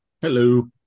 Hello